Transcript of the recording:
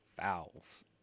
fouls